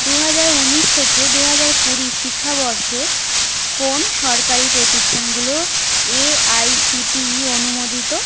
দু হাজার উনিশ থেকে দু হাজার কুড়ি শিক্ষাবর্ষে কোন সরকারি প্রতিষ্ঠানগুলো এআইসিটিই অনুমোদিত